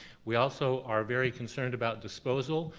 we also are very concerned about disposal.